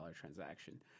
transaction